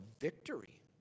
victory